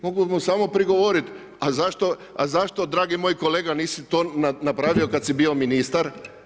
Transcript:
Mogu mu samo prigovoriti, a zašto dragi moj kolega nisi to napravio kad si bio ministar.